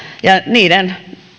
ja niiden